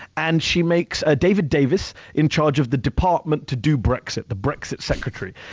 and she makes ah david davis in charge of the department to do brexit, the brexit secretary.